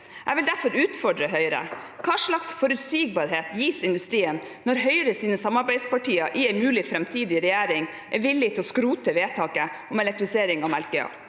Jeg vil derfor utfordre Høyre: Hva slags forutsigbarhet gis industrien når Høyres samarbeidspartier i en mulig framtidig regjering er villige til å skrote vedtaket om elektrifisering av Melkøya,